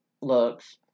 looks